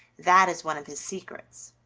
that is one of his secrets.